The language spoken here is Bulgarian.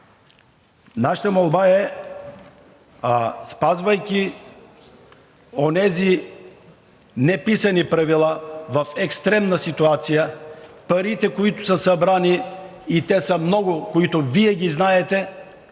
нашата молба е, спазвайки онези неписани правила, в екстремна ситуация парите, които са събрани – те са много и Вие ги знаете,